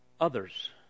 Others